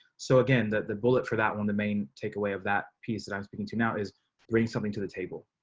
so again, that the bullet for that one. the main takeaway of that piece that i'm speaking to now is bringing something to the table.